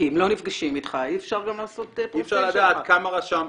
כי אם לא נפגשים איתך אי אפשר גם לעשות --- אי אפשר לדעת כמה רשמת,